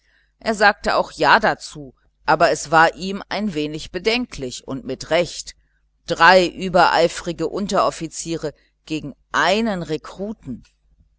er sagte auch ja dazu aber es war ihm ein wenig bedenklich und mit recht drei eifrige unteroffiziere gegen einen ungeschickten rekruten